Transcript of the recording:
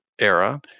era